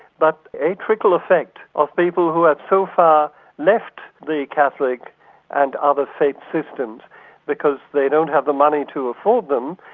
but a trickle effect of people who have so far left the catholic and other faith systems because they don't have the money to afford them,